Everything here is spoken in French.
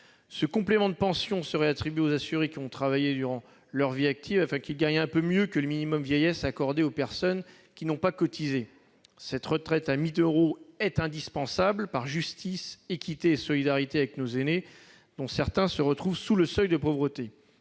Ce complément de pension serait attribué aux assurés qui ont travaillé durant leur vie active, afin qu'ils gagnent un peu mieux que le minimum vieillesse accordé aux personnes qui n'ont pas cotisé. Cette retraite à 1 000 euros est indispensable eu égard à la justice, l'équité et la solidarité envers nos aînés, dont certains se retrouvent sous le seuil de pauvreté.